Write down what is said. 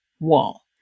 wall